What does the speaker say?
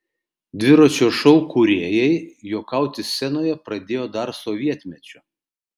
dviračio šou kūrėjai juokauti scenoje pradėjo dar sovietmečiu